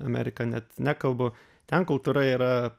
amerika net nekalbu ten kultūra yra